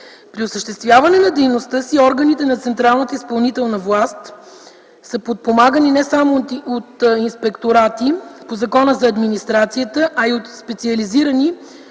При осъществяване на дейността си органите на централната изпълнителна власт са подпомагани не само от инспекторати по Закона за администрацията, а и от специализирани